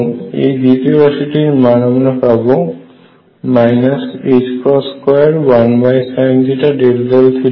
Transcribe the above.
এবং এই দ্বিতীয় রাশি টির মান আমরা পাব ℏ21sinθ∂θ